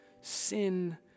sin